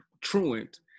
truant